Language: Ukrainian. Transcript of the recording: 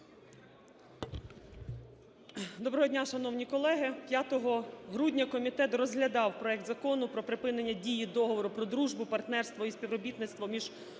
Доброго дня, шановні колеги. 5 грудня комітет розглядав проект Закону про припинення дії Договору про дружбу, партнерство і співробітництво між Україною